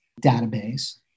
database